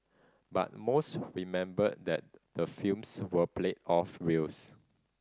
but most remember that the films were played off reels